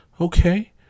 Okay